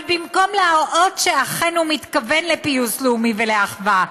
אבל במקום להראות שאכן הוא מתכוון לפיוס לאומי ולאחווה,